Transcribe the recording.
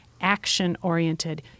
action-oriented